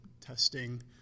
testing